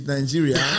Nigeria